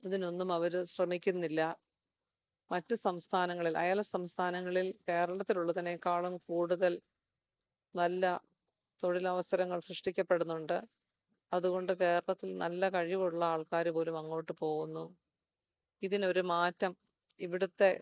അതിനൊന്നും അവർ ശ്രമിക്കുന്നില്ല മറ്റ് സംസ്ഥാനങ്ങളിൽ അയൽ സംസ്ഥാനങ്ങളിൽ കേരളത്തിലുള്ളതിനേക്കാളും കൂടുതൽ നല്ല തൊഴിലവസരങ്ങൾ സൃഷ്ടിക്കപ്പെടുന്നുണ്ട് അതുകൊണ്ട് കേരളത്തിൽ നല്ല കഴിവുള്ള ആൾക്കാർ പോലും അങ്ങോട്ട് പോകുന്നു ഇതിനൊരു മാറ്റം ഇവിടുത്തെ